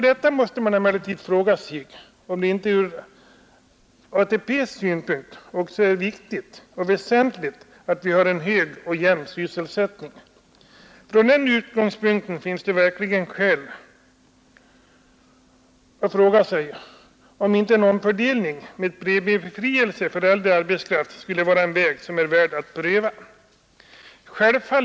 Man måste emellertid fråga sig om det äldre arbetskraft m.m. inte därutöver också är väsentligt — även för tilläggspensioneringen — att vi har en hög och jämn sysselsättning. Från den utgångspunkten finns det verkligen skäl att fråga sig om inte en omfördelning — med premiebefrielse för äldre arbetskraft — skulle vara en väg som vore värd att pröva.